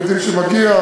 ילדים שמגיע,